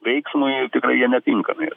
veiksmui tikrai jie netinkami yra